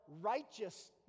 righteousness